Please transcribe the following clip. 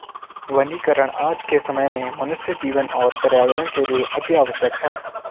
वनीकरण आज के समय में मनुष्य जीवन और पर्यावरण के लिए अतिआवश्यक है